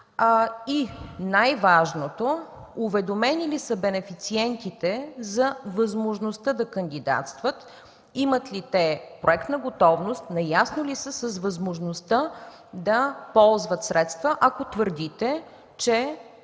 И най-важното, уведомени ли са бенефициентите за възможността да кандидатстват? Имат ли те проектна готовност? Наясно ли са с възможността да ползват средства, ако твърдите, че